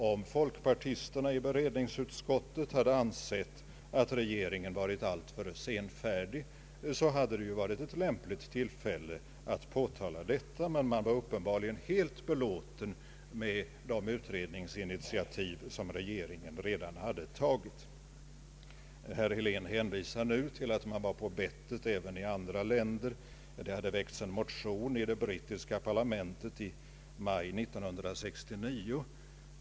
Om folkpartisterna i beredningsutskottet hade ansett att regeringen varit alltför senfärdig hade det varit ett lämpligt tillfälle att påtala detta, men man var uppenbarligen helt belåten med de utredningsinitiativ som regeringen redan hade tagit. Herr Helén hänvisar nu till att man var på bettet även i andra länder och att en motion hade väckts i det brittiska parlamentet i maj 1969.